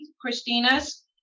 Christina's